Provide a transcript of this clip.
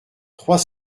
trois